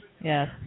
Yes